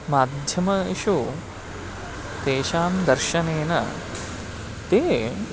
माध्यमेषु तेषां दर्शनेन ते